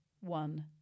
one